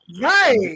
Right